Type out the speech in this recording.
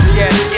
yes